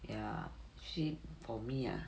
ya actually for me ah